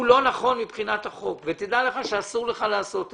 הוא לא נכון מבחינת החוק ושידע שאסור לו לעשות זאת.